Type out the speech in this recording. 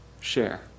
share